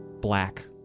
black